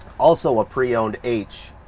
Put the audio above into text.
also a pre-owned h,